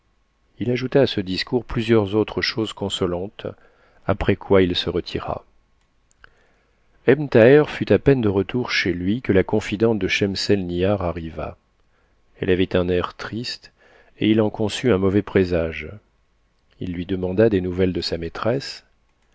il ajouta à ce discours plusieurs autres choses consolantes après quoi il se retira ebn thaher fut à peine de retour chez lui que la conndente de schemselnihar arriva elle avait un air triste et il en conçut un mauvais présage il lui demanda des nouvelles de sa maîtresse